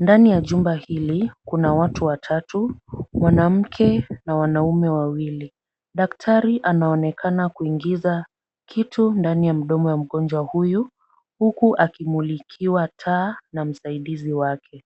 Ndani ya jumba hili kuna watu watatu, mwanamke na wanaume wawili. Daktari anaonekana kuingiza kitu ndani ya mdomo ya mgonjwa huyu, huku akimulikiwa taa na msaidizi wake.